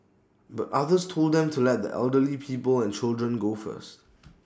but others told them to let the elderly people and children go first